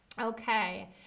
Okay